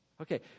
Okay